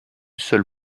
seule